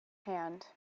hand